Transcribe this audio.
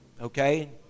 okay